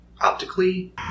optically